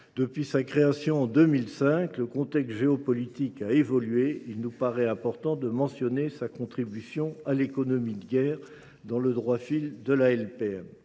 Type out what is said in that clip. depuis sa création, en 2005, le contexte géopolitique a évolué. Il nous paraît important de mentionner sa contribution à l’économie de guerre, dans le droit fil de la LPM.